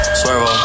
swervo